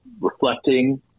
reflecting